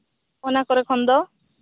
ᱚᱱᱟ ᱠᱚᱨᱮ ᱠᱷᱚᱱ ᱫᱚ